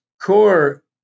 core